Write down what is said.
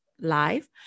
live